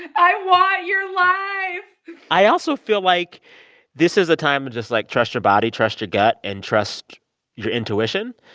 i want your life i also feel like this is a time to but just, like, trust your body, trust your gut and trust your intuition.